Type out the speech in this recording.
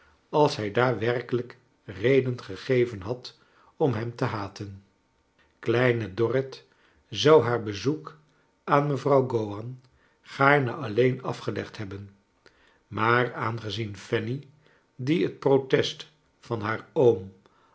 als hij haar werkelijk reden gegeven had om hem te haten kleine dorrit zou haar bezoek aan mevrouw gowan gaarne alleen afgelegd hebben maar aangezien fanny die het protest van haar oom